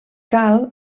cal